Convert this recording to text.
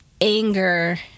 anger